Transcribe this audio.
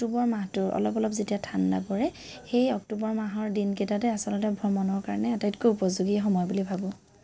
অক্টোবৰ মাহটো অলপ অলপ যেতিয়া ঠাণ্ডা পৰে সেই অক্টোবৰ মাহৰ দিনকেইটাতে আচলতে ভ্ৰমণৰ কাৰণে আটাইতকৈ উপযোগীয়ে সময় বুলি ভাবোঁ